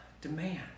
demand